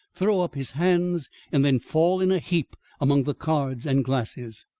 throw up his hands and then fall in a heap among the cards and glasses.